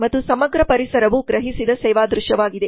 ಮತ್ತು ಸಮಗ್ರ ಪರಿಸರವು ಗ್ರಹಿಸಿದ ಸೇವಾ ದೃಶ್ಯವಾಗಿದೆ